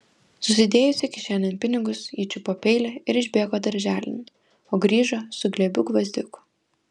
susidėjusi kišenėn pinigus ji čiupo peilį ir išbėgo darželin o grįžo su glėbiu gvazdikų